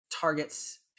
targets